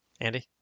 Andy